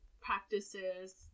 practices